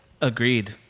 agreed